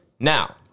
Now